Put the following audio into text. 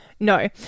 no